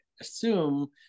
assume